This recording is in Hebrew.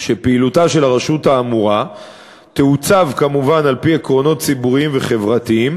שפעילותה של הרשות האמורה תעוצב כמובן על-פי עקרונות ציבוריים וחברתיים,